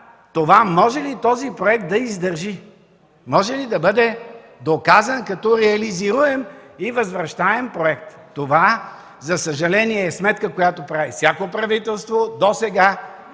на този проект да издържи, да бъде доказан като реализируем и възвръщаем проект! Това, за съжаление, е сметка, която прави всяко правителство досега.